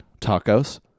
tacos